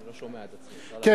אני לא שומע את עצמי, אפשר להגביר?